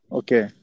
okay